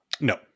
no